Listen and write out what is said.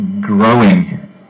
growing